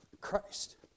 Christ